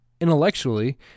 Intellectually